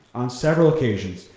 on several occasions,